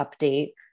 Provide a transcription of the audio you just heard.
update